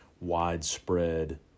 widespread